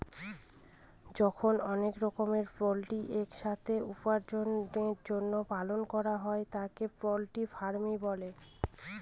যখন অনেক রকমের পোল্ট্রি এক সাথে উপার্জনের জন্য পালন করা হয় তাকে পোল্ট্রি ফার্মিং বলে